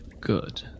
Good